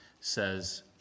says